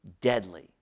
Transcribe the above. deadly